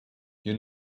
you